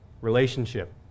relationship